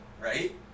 right